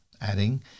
adding